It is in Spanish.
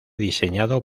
diseñado